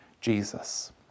Jesus